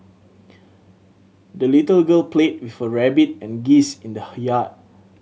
the little girl played her rabbit and geese in the yard